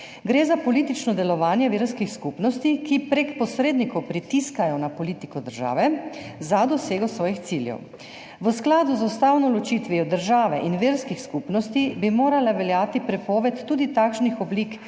Gre za politično delovanje verskih skupnosti, ki prek posrednikov pritiskajo na politiko države za dosego svojih ciljev. V skladu z ustavno ločitvijo države in verskih skupnosti bi morala veljati prepoved tudi takšnih oblik